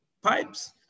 pipes